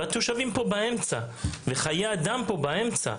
והתושבים פה באמצע וחיי אדם פה באמצע.